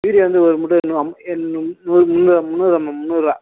urea வந்து ஒரு மூட்டை முந்நூறுபா முந்நூறுபாம்மா முந்நூறுபா